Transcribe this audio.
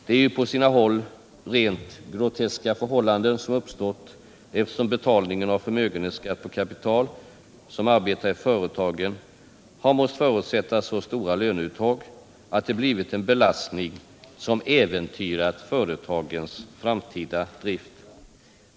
Det är på sina håll rent groteska förhållanden som uppstått. Betalningen av förmögenhetsskatt på kapital som arbetar i företagen har förutsatt så stora löneuttag att det blivit en belastning som äventyrat företagens framtida drift.